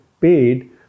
paid